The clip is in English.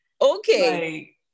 Okay